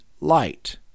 light